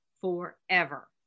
forever